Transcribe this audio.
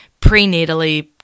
prenatally